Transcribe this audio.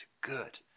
good